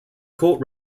court